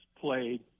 played